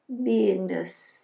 beingness